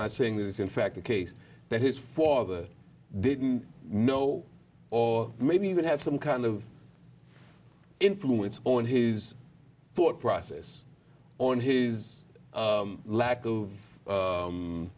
not saying this in fact the case that his father didn't know or maybe even have some kind of influence on his thought process on his lack of